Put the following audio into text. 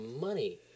money